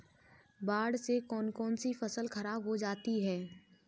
बाढ़ से कौन कौन सी फसल खराब हो जाती है?